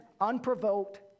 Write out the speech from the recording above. unprovoked